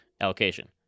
allocation